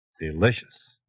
delicious